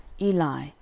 Eli